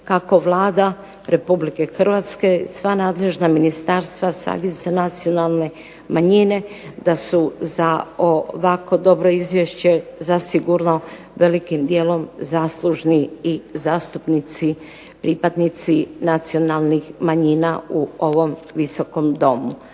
kako Vlada Republike Hrvatske i sva nadležna ministarstva, Savjet za nacionalne manjine da su za ovako dobro izvješće zasigurno velikim dijelom zaslužni i zastupnici, pripadnici nacionalnih manjina u ovom Visokom domu.